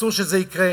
אסור שזה יקרה.